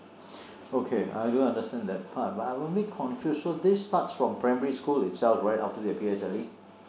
okay I do understand that part but I am a bit confused so this starts from primary school itself right after their P_S_L_E